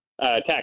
Tax